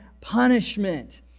punishment